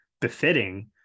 befitting